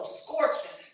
scorching